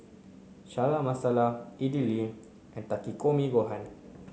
Chana Masala Idili and Takikomi Gohan